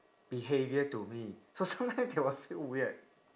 behavior to me so sometime they will feel weird